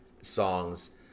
songs